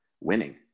winning